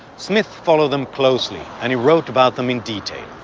smith followed them closely and he wrote about them in detail.